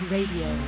Radio